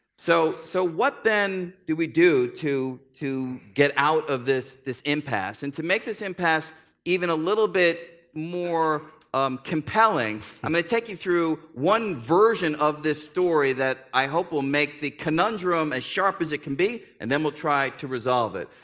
so so what, then, do we do to to get out of this this impasse? and to make this impasse even a little bit more um compelling, i'm going to take you through one version of this story that i hope will make the conundrum as sharp as it can be, and then we'll try to resolve it.